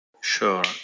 Sure